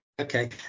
okay